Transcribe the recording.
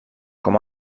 com